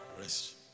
Rest